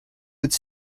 would